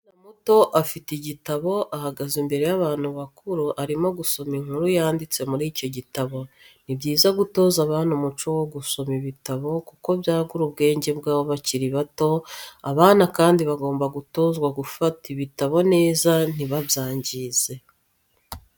Umwana muto afite igitabo ahagaze imbere y'abantu bakuru arimo gusoma inkuru yanditse muri icyo gitabo. Ni byiza gutoza abana umuco wo gusoma ibitabo kuko byagura ubwenge bwabo bakiri bato, abana kandi bagomba gutozwa gufata ibitabo neza ntibabyangize.